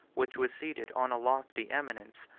which was seated on a lofty eminence,